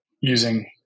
using